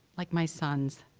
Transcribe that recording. like my son's,